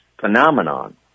phenomenon